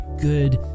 good